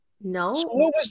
No